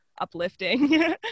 uplifting